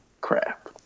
crap